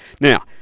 Now